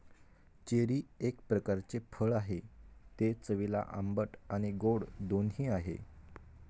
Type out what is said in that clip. cherry एक प्रकारचे फळ आहे, ते चवीला आंबट आणि गोड दोन्ही आहे